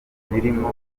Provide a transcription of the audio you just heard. ibirimo